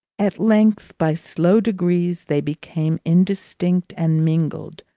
at length, by slow degrees, they became indistinct and mingled.